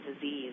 disease